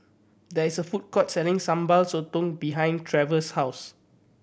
there is a food court selling Sambal Sotong behind Trevor's house